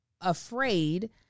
afraid